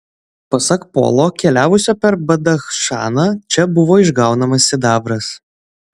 pasak polo keliavusio per badachšaną čia buvo išgaunamas sidabras